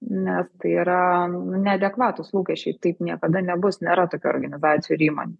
nes tai yra neadekvatūs lūkesčiai taip niekada nebus nėra tokių organizacijų ir įmonių